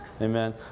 Amen